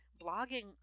blogging